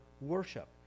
worship